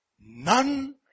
None